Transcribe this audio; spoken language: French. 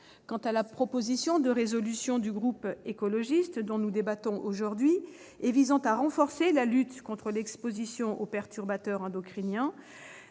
Quant à la proposition de résolution du groupe écologiste, dont nous débattons aujourd'hui, visant à renforcer la lutte contre l'exposition aux perturbateurs endocriniens,